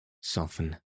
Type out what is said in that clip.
soften